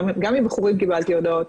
גם מבחורים קיבלתי הודעות.